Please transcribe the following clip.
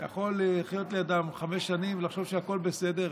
אתה יכול לחיות לידם חמש שנים ולחשוב שהכול בסדר,